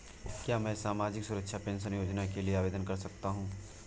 क्या मैं सामाजिक सुरक्षा पेंशन योजना के लिए आवेदन कर सकता हूँ?